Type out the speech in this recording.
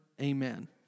Amen